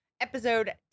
episode